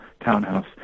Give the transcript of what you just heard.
townhouse